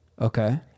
Okay